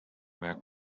were